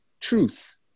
truth